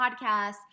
podcast